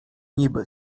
niby